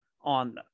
on